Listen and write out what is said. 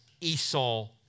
Esau